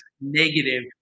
negative